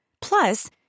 Plus